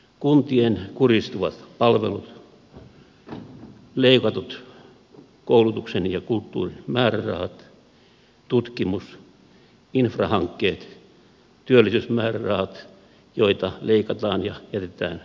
kuntien kurjistuvat palvelut leikatut koulutuksen ja kulttuurin määrärahat tutkimus infrahankkeet työllisyysmäärärahat joita leikataan ja jätetään käyttämättä